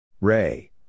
Ray